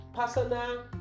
personal